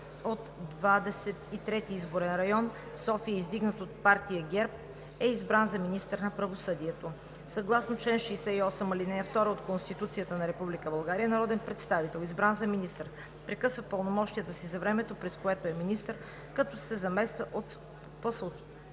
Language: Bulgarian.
и трети изборен район – София, издигнат от партия ГЕРБ, е избран за министър на правосъдието. Съгласно чл. 68, ал. 2 от Конституцията на Република България народен представител, избран за министър, прекъсва пълномощията си за времето, през което е министър, като се замества по